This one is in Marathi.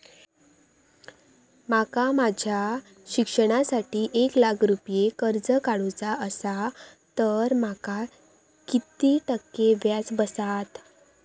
माका माझ्या शिक्षणासाठी एक लाख रुपये कर्ज काढू चा असा तर माका किती टक्के व्याज बसात?